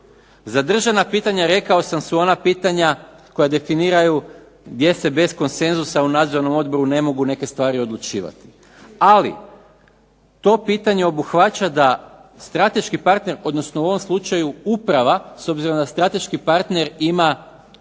Za državna pitanja rekao sam su ona pitanja koja definiraju gdje se bez konsenzusa u nadzornom odboru ne mogu neke stvari odlučivati, ali to pitanje obuhvaća da strateški partner, odnosno u ovom slučaju uprava, s obzirom da strateški partner ima